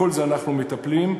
בכל זה אנחנו מטפלים.